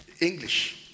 English